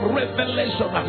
revelation